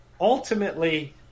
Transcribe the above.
ultimately